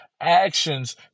actions